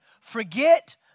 Forget